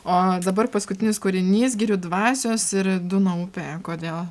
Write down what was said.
o dabar paskutinis kūrinys girių dvasios ir dūno upe kodėl